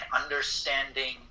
understanding